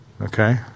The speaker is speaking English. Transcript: Okay